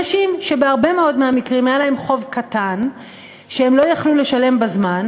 אנשים שבהרבה מאוד מהמקרים היה להם חוב קטן שהם לא יכלו לשלם בזמן,